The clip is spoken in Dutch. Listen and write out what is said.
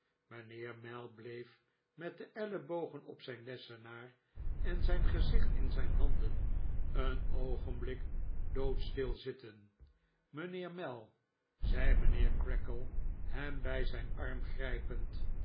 mijnheer mell bleef met de ellebogen op zijn lessenaar en zijn gezicht in zijn handen een oogen blik doodstil zitten mijnheer mell zei mijnheer creakle hem bij zijn arm grijpend